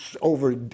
over